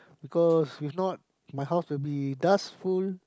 because if not my house will be dust full